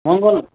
मङ्गल